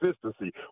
consistency